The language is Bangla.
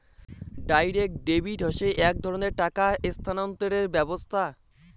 ডাইরেক্ট ডেবিট হসে এক ধরণের টাকা স্থানান্তরের ব্যবস্থা